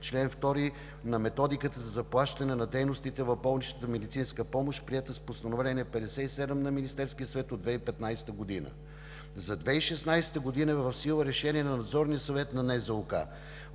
чл. 2 на Методиката за заплащане на дейностите в болничната медицинска помощ, приети с Постановление № 57 на Министерския съвет от 2015 г. За 2016 г. е в сила решение на Надзорния съвет на НЗОК.